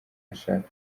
ashaka